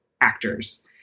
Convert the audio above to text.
actors